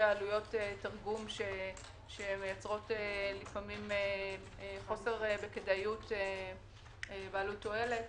עלויות תרגום שמייצרות לפעמים חוסר בכדאיות בעלות תועלת.